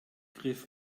griff